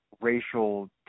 racial